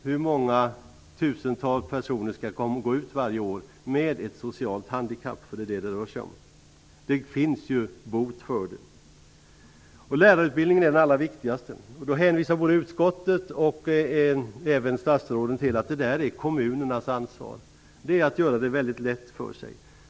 Hur många tusental personer skall varje år gå ut med ett socialt handikapp, för det är vad det rör sig om. Det finns ju bot. Lärarutbildningen är den allra viktigaste. Då hänvisar både utskottet och statsråden till att det är kommunernas ansvar. Det är att göra det väldigt lätt för sig.